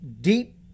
Deep